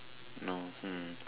no hmm